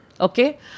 Okay